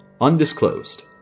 Undisclosed